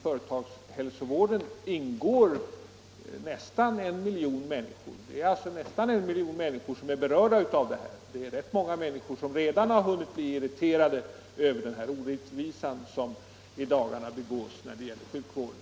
Företagshälsovården omfattar nästan 1 miljon anställda, och man kan alltså räkna med att det är nästan 1 miljon människor som är berörda av detta. Det är också rätt många människor som redan har hunnit bli irriterade över den orättvisa som i dagarna begås när det gäller sjukvården.